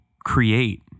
create